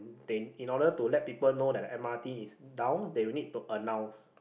they in order to let people know that the m_r_t is down they will need to announce